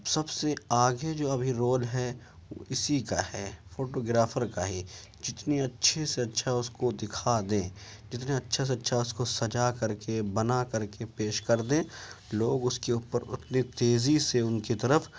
سب سے آگے جو ابھی رول ہے اسی کا ہے فوٹو گرافر کا ہے جتنے اچھے سے اچھا اس کو دکھا دیں جتنے اچھے سے اچھا اس کو سجا کر کے بنا کر کے پیش کر دیں لوگ اس کے اوپر اتنی تیزی سے ان کی طرف